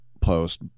post